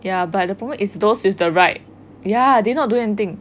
ya but the problem is those with the right ya they not doing anything